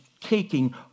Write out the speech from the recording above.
taking